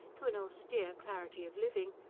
to an austere clarity of living,